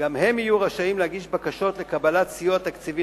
וגם הם יהיו רשאים להגיש בקשות לקבלת סיוע תקציבי